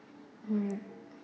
mm